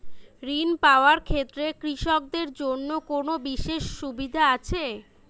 ঋণ পাওয়ার ক্ষেত্রে কৃষকদের জন্য কোনো বিশেষ সুবিধা আছে?